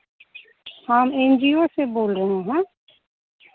हम N G O से बोल रहे हैं